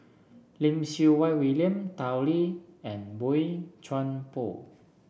Lim Siew Wai William Tao Li and Boey Chuan Poh